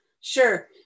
sure